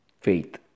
faith